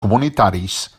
comunitaris